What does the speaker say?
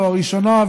הראשונה,